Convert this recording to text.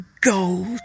Gold